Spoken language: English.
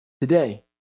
today